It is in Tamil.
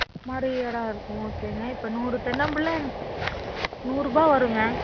மாதிரி இடம் இருக்கும் ஓகேங்க இப்போ நூறு தென்னம்பிள்ளை நூறுரூபா வருங்க